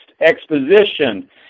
exposition